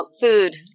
food